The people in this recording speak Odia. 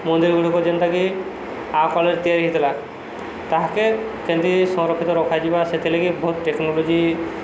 ମନ୍ଦିର ଗୁଡ଼ିକ ଯେନ୍ତାକି ଆଗକାଳରେ ତିଆରି ହେଇଥିଲା ତାହାକେ କେମିତି ସଂରକ୍ଷିତ ରଖାଯିବା ସେଥିଲାଗି ବହୁତ ଟେକ୍ନୋଲୋଜି